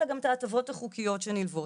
אלא גם את ההטבות החוקיות שנלוות.